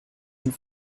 and